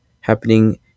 happening